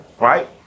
Right